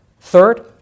Third